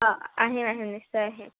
অঁ আহিম আহিম নিশ্চয় আহিম